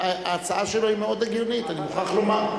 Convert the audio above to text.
ההצעה שלו היא מאוד הגיונית, אני מוכרח לומר.